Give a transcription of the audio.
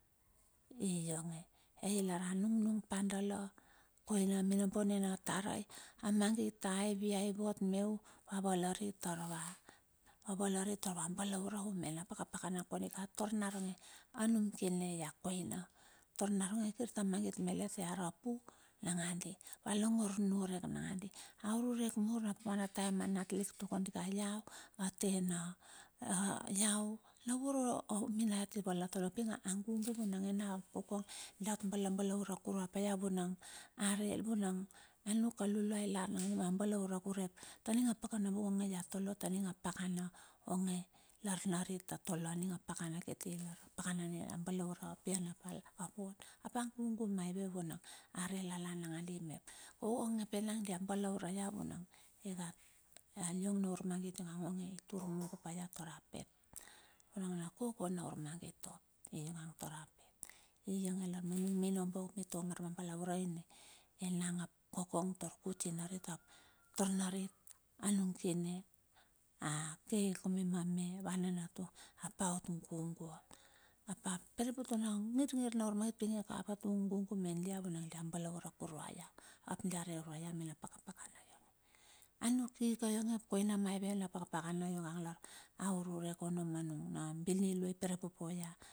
I ionge, ai lar a nungnung pa dala, kona minombo nina tarai, a mangit a hevi vot me u, va valari tar uava. valari taur va balaure u mena paka pakana kondika tar naronge, a num kine ia koina. Taur naronge kir ta mangit melet ia rap u nangandi, valongor niurek nangandi. Aururek mur a pua na taem a nat lik tuk kondika iau atena iau navoro na minaiat ivala tole pa iau ping angugu vuna enang ap kokong dia ot bala balaure kurue pa ia vunang anuk a luluai ilar nakandi a balaure u urep, taning a pa ka nabung onge la tole taning a pakana onge, lar narit a tole ninga pakana kiti a balaure a pianapal ap agugu maive vuna, are lelan nangandi mep, kokong ap enang dia balaure ia vunang, iong na ur mangit onge i tur mungo pa ia tar a pet, nung na kokona urmangit ol. i ionge lar ma nung minombo mitua lamba laurai ne enang ap kokong tar kuti narit ap tar narit anung kine, ake kum onge, me wa nanatung, ap aot gugu apa, porote na ngirngir na mangit tinge kaka a gugu media urep balaure kurue ia. Ap dia re ure ia mena paka pakana ionge, anuk ika ionge ap koina maive na paka pakana ionge a u rurek ono manung na bini lua i poropote ia.